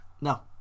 No